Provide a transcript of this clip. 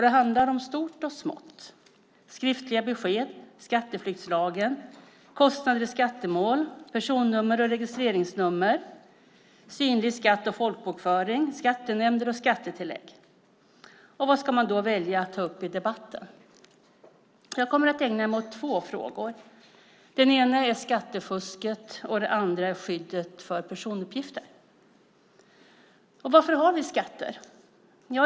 Det handlar om stort och smått: skriftliga besked, skatteflyktslagen, kostnader i skattemål, personnummer och registreringsnummer, synlig skatt och folkbokföring, skattenämnder och skattetillägg. Vad ska man då välja att ta upp i debatten? Jag kommer att ägna mig åt två frågor. Den ena är skattefusket, och den andra är skyddet för personuppgifter. Varför har vi skatter?